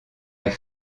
est